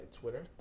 Twitter